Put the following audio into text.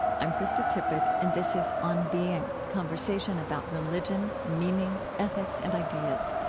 i'm krista tippett and this is on being conversation about religion, meaning, ethics, and ideas.